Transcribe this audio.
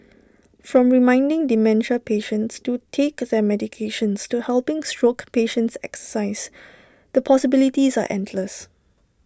from reminding dementia patients to take their medications to helping stroke patients exercise the possibilities are endless